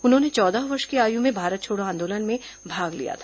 उन्होंने चौदह वर्ष की आयु में भारत छोड़ो आंदोलन में भाग लिया था